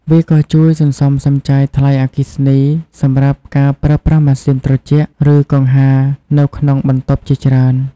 វាក៏ជួយសន្សំសំចៃថ្លៃអគ្គិសនីសម្រាប់ការប្រើប្រាស់ម៉ាស៊ីនត្រជាក់ ឬកង្ហារនៅក្នុងបន្ទប់ជាច្រើន។